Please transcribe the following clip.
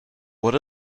what